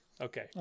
Okay